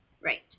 Right